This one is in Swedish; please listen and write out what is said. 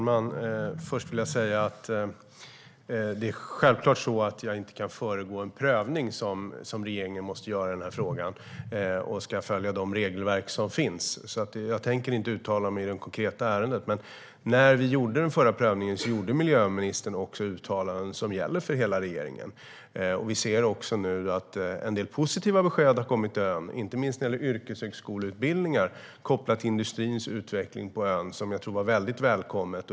Fru talman! Jag kan självklart inte föregå en prövning som regeringen måste göra i den här frågan och som ska följa de regelverk som finns. Jag tänker därför inte uttala mig i det konkreta ärendet. Men när vi gjorde den förra prövningen gjorde miljöministern uttalanden som gäller för hela regeringen. Vi ser nu också att en del positiva besked har kommit till ön, inte minst när det gäller yrkeshögskoleutbildningar kopplade till industrins utveckling på ön, som jag tror var väldigt välkomna.